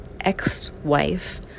ex-wife